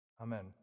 Amen